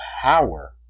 power